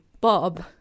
Bob